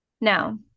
Now